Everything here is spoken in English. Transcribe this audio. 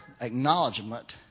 acknowledgement